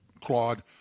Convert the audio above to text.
Claude